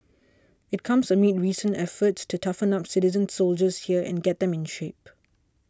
it comes amid recent efforts to toughen up citizen soldiers here and get them in shape